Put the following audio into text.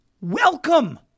welcome